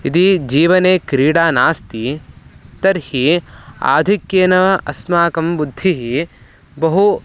यदि जीवने क्रीडा नास्ति तर्हि आधिक्येन अस्माकं बुद्धिः बहु